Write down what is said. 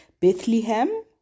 Bethlehem